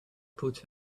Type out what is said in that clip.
put